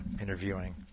interviewing